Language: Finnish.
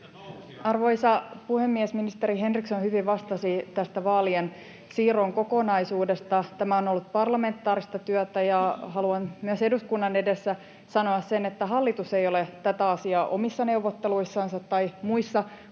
Arvoisa puhemies! Ministeri Henriksson hyvin vastasi tästä vaalien siirron kokonaisuudesta. Tämä on ollut parlamentaarista työtä ja haluan myös eduskunnan edessä sanoa sen, että hallitus ei ole tätä asiaa omissa neuvotteluissansa tai muissa kokouksissa